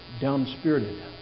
down-spirited